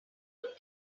could